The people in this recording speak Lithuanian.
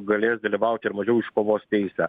galės dalyvauti ir mažiau iškovos teisę